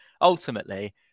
ultimately